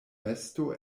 besto